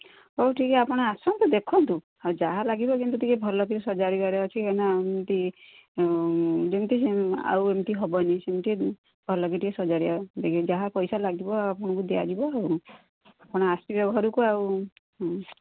ହଉ ଠିକ୍ ଆପଣ ଆସନ୍ତୁ ଦେଖନ୍ତୁ ଆଉ ଯାହା ଲାଗିବ କିନ୍ତୁ ଟିକେ ଭଲେକି ସଜାଡ଼ିବାର ଅଛି କାହିଁକିନା ଏମିତି ଯେମିତି ଆଉ ଏମିତି ହବନି ସେମିତି ଭଲ କି ଟିକେ ସଜାଡ଼ିବା ଟିକେ ଯାହା ପଇସା ଲାଗିବ ଆପଣଙ୍କୁ ଦିଆଯିବ ଆଉ ଆପଣ ଆସିବେ ଘରକୁ ଆଉ